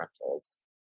rentals